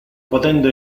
potendo